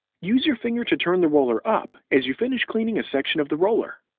use your finger to turn the roller up as you finish cleaning a section of the roller.